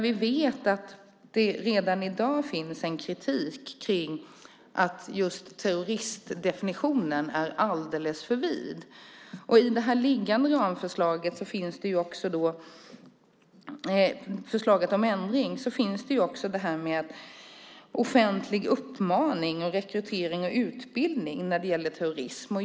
Vi vet att det redan i dag finns en kritik mot att just terroristdefinitionen är alldeles för vid. I det liggande ramförslaget om ändring finns också det här med offentlig uppmaning, rekrytering och utbildning när det gäller terrorism.